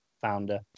founder